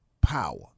power